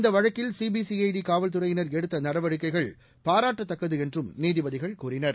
இந்த வழக்கில் சிபிசிஐடி காவல்துறையினர் எடுத்த நடவடிக்கைகள் பாராட்டத்தக்கது என்றும் நீதிபதிகள் கூறினர்